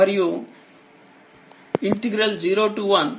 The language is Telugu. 01Pdt మరియు1Pdt లను కనుక్కోండి మరియువాటిప్రాముఖ్యత పై వ్యాఖ్యానించండి